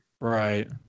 Right